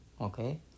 okay